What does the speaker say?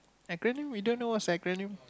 acronym you don't know what's acronym